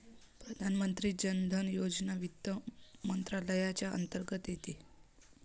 प्रधानमंत्री जन धन योजना वित्त मंत्रालयाच्या अंतर्गत येते